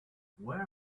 where